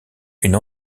une